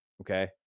Okay